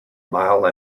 mile